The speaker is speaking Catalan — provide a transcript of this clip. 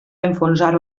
enfonsar